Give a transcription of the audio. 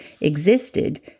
existed